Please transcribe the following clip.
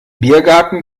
biergarten